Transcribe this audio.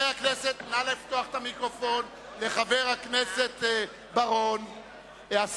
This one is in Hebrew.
נא לפתוח את המיקרופון לחבר הכנסת בר-און.